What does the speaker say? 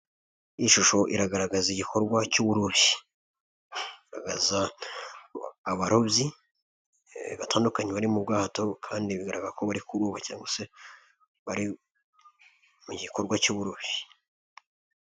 Iyi shusho iragaragaza igikorwa cy'uburobyi. Iragaragaza abarobyi batandukanye bari mu bwato kandi biragaragara ko bari kuroba cyangwa se bari mu gikorwa cy'uburobyi.